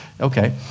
Okay